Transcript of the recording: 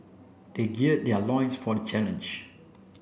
they geared their loins for the challenge